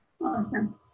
Awesome